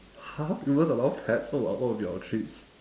!huh! you won't allow pets so what what will be our treats